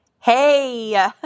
Hey